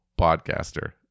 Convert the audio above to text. podcaster